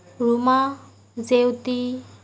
Roma Jeuti